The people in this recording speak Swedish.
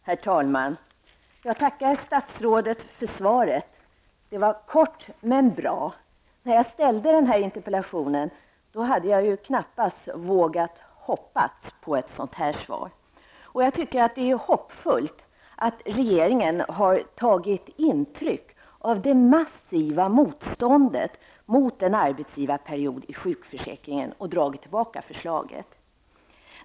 Herr talman! Jag tackar statsrådet för svaret. Det var kort men bra. När jag ställde interpellationen vågade jag knappast hoppas på ett sådant svar. Jag tycker att det är hoppfullt att regeringen har tagit intryck av det massiva motståndet mot en arbetsgivarperiod i sjukförsäkringen och dragit tillbaka förslaget.